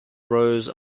rose